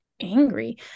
angry